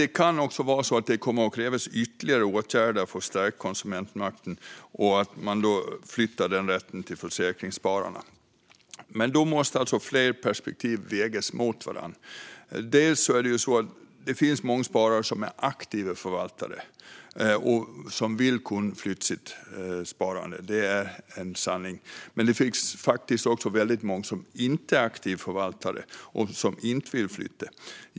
Det kan komma att krävas ytterligare åtgärder för att stärka konsumentmakten och flytträtten för försäkringsspararna. Dock måste flera perspektiv vägas mot varandra. Det finns många sparare som vill vara aktiva förvaltare och kunna flytta sitt sparande. Men det finns också många som inte är aktiva och som inte vill flytta sitt sparande.